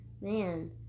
man